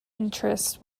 interest